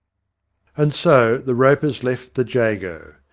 and so the ropers left the jago.